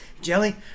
Jelly